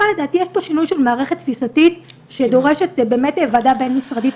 בכלל לדעתי יש פה שינוי של מערכת תפיסתית שדורשת באמת וועדה בין-משרדית.